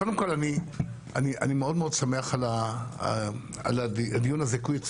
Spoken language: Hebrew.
קודם כל אני מאוד שמח על הדיון הזה כי הוא